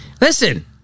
Listen